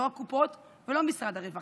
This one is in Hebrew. לא הקופות ולא משרד הרווחה.